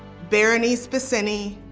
berenice bisseni,